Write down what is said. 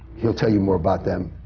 he'll tell you more about them.